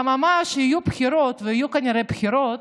אממה, כשיהיו בחירות, ויהיו כנראה בחירות,